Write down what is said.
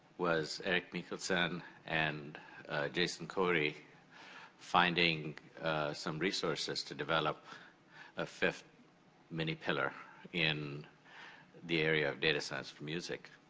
was eric nicholson and jason corey finding some resources to develop a fifth mini pillar in the area of data science for music.